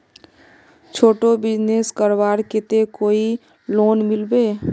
छोटो बिजनेस करवार केते कोई लोन मिलबे?